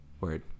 word